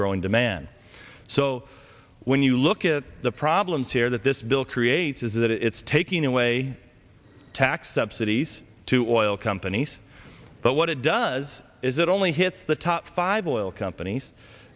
growing demand so when you look at the problems here that this bill creates is that it's taking away tax subsidies to oil companies but what it does is it only hits the top five oil companies